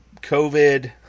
covid